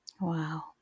Wow